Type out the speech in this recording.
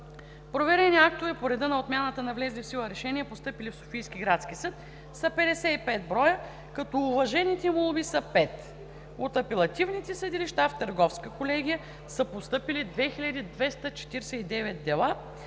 Проверени актове по реда на отмяната на влезли в сила решения, постъпили от Софийския градски съд, са 55 броя, като уважените молби са пет. От апелативните съдилища в Търговска колегия са постъпили 2249 дела.